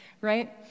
right